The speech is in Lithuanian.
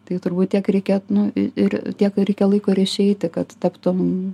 tai turbūt tiek reikėtų nu ir tiek reikia laiko ir išeiti kad taptum